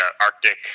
arctic